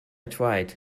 tried